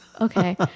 Okay